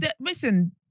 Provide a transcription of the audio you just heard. Listen